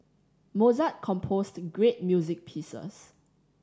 Mozart composed great music pieces